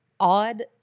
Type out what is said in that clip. Odd